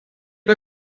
bei